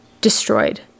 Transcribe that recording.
destroyed